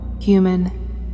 human